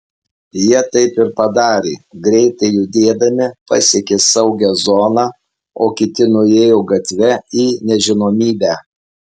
jie taip ir padarė greitai judėdami pasiekė saugią zoną o kiti nuėjo gatve į nežinomybę